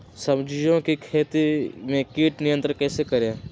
सब्जियों की खेती में कीट नियंत्रण कैसे करें?